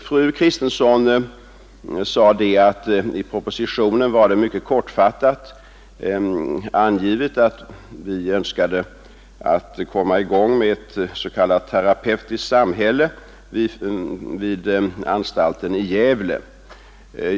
Fru Kristensson sade att det endast mycket kortfattat är angivet i propositionen att vi vill komma i gång med ett s.k. terapeutiskt samhälle vid anstalten i Gävle.